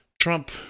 Trump